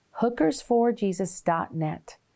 hookersforjesus.net